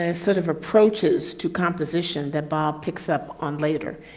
ah sort of approaches to composition that bob picks up on later.